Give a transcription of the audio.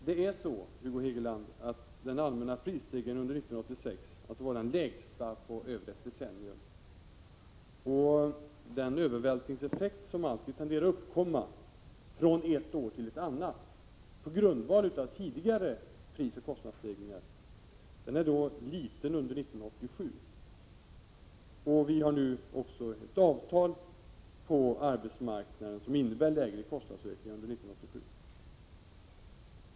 Det är så, Hugo Hegeland, att den allmänna prisstegringen 1986 var den lägsta på över ett decennium och att den övervältringseffekt som alltid tenderar uppkomma från ett år till ett annat på grund av tidigare prisoch kostnadsstegringar är liten under 1987. Vi har också ett avtal på arbetsmarknaden som innebär lägre kostnadsökningar under 1987.